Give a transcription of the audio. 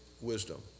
wisdom